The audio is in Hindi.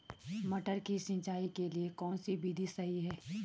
मटर की सिंचाई के लिए कौन सी विधि सही है?